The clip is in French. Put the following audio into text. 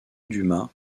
dumas